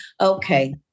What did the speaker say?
okay